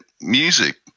music